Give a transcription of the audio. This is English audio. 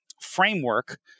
framework